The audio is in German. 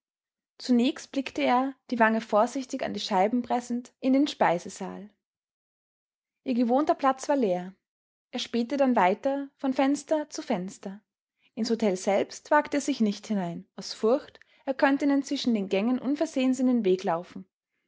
zunächst blickte er die wange vorsichtig an die scheiben pressend in den speisesaal ihr gewohnter platz war leer er spähte dann weiter von fenster zu fenster ins hotel selbst wagte er sich nicht hinein aus furcht er könnte ihnen zwischen den gängen unversehens in den weg laufen